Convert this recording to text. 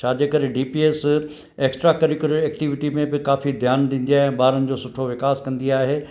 छाजे करे DPS extracurricular activity में बि काफ़ी ध्यान ॾीजे ॿारनि जो सुठो विकास कंदी आहे